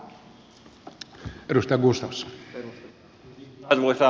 arvoisa puhemies